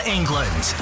England